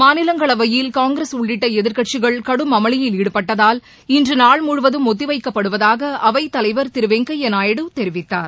மாநிலங்களவையில் காங்கிரஸ் உள்ளிட்ட கட்சிகள் கடும் அமளியில் ஈடுபட்டதால் இன்று நாள் முழுவதும் ஒத்திவைக்கப்படுவதாக அவைத் தலைவர் திரு வெங்கையா நாயுடு தெரிவித்தார்